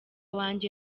wanjye